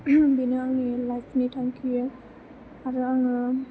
बेनो आंनि लाइफनि थांखि आरो आङो